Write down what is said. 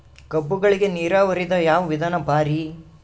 ಕಬ್ಬುಗಳಿಗಿ ನೀರಾವರಿದ ಯಾವ ವಿಧಾನ ಭಾರಿ?